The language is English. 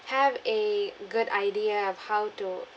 have a good idea of how to